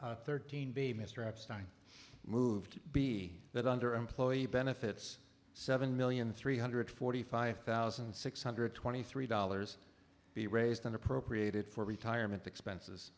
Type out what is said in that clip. lee thirteen b mr epstein moved be that under employee benefits seven million three hundred forty five thousand six hundred twenty three dollars be raised on appropriated for retirement expenses